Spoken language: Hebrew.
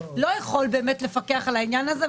לא יכול באמת לפקח על העניין הזה,